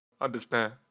understand